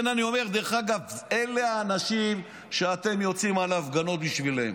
דרך אגב, אלה האנשים שאתם יוצאים להפגנות בשבילם.